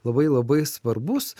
labai labai svarbus